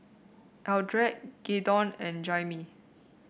Eldred Graydon and Jaimee